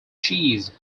cheese